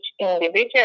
individual